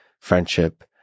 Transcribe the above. friendship